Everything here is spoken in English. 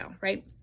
right